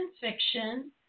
fiction